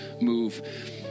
move